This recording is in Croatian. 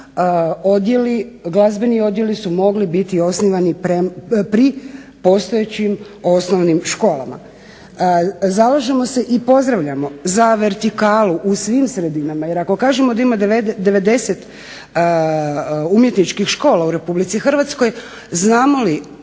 glazbeni odjeli su mogli biti osnivani pri postojećim osnovnim školama. Zalažemo se i pozdravljamo za vertikalu u svim sredinama jer ako kažemo da ima 90 umjetničkih škola u RH znamo li